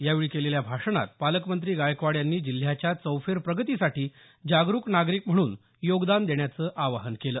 यावेळी केलेल्या भाषणात पालकमंत्री गायकवाड यांनी जिल्ह्याच्या चौफेर प्रगतीसाठी जागरूक नागरिक म्हणून योगदान देण्याचं आवाहन केलं